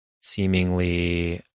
seemingly